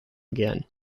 again